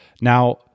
Now